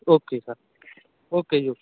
okay sir okay ਜੀ okay